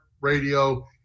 Radio